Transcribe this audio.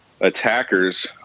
attackers